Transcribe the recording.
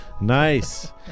Nice